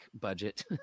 budget